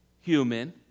human